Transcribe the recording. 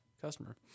customer